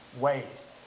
ways